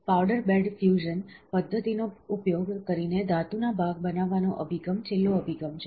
powder bed fusion પદ્ધતિનો ઉપયોગ કરીને ધાતુના ભાગ બનાવવાનો અભિગમ છેલ્લો અભિગમ છે